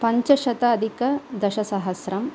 पञ्चशताधिकदशसहस्रं